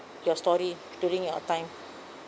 your story during your time